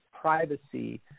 privacy